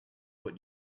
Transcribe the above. what